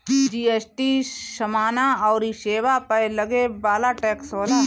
GST समाना अउरी सेवा पअ लगे वाला टेक्स होला